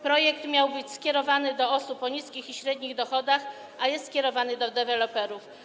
Projekt miał być skierowany do osób o niskich i średnich dochodach, a jest skierowany do deweloperów.